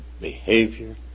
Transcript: behavior